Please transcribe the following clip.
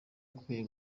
ukwiye